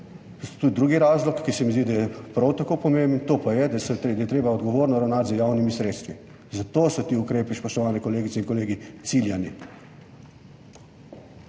tudi drugi razlog, ki se mi zdi, da je prav tako pomemben, to pa je, da je treba odgovorno ravnati z javnimi sredstvi. Zato so ti ukrepi, spoštovane kolegice in kolegi, ciljani.